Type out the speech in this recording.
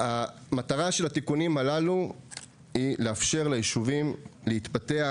המטרה של התיקונים הללו היא לאפשר ליישובים להתפתח,